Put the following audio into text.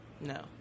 No